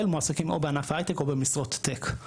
מועסקים או בענף ההייטק או במשרות טק.